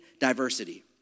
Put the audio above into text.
diversity